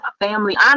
family